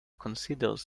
considers